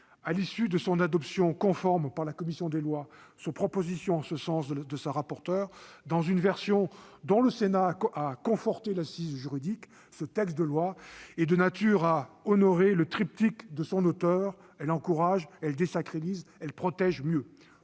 À l'issue de son adoption conforme par la commission des lois, sur la proposition de la rapporteure, dans une version dont le Sénat a conforté l'assise juridique, cette proposition de loi est de nature à faire honneur au triptyque évoqué par son auteur : elle encourage, elle désacralise, elle protège mieux.